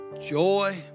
joy